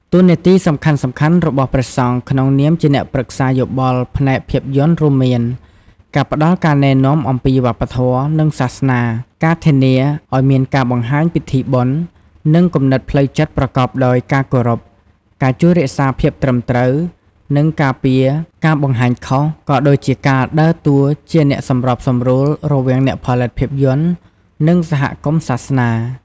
តួនាទីសំខាន់ៗរបស់ព្រះសង្ឃក្នុងនាមជាអ្នកប្រឹក្សាយោបល់ផ្នែកភាពយន្តរួមមាន ការផ្ដល់ការណែនាំអំពីវប្បធម៌ និងសាសនា ការធានាឲ្យមានការបង្ហាញពិធីបុណ្យ និងគំនិតផ្លូវចិត្តប្រកបដោយការគោរព ការជួយរក្សាភាពត្រឹមត្រូវ និងការពារការបង្ហាញខុស ក៏ដូចជាការដើរតួជាអ្នកសម្របសម្រួលរវាងអ្នកផលិតភាពយន្ត និងសហគមន៍សាសនា។